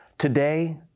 Today